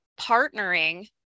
partnering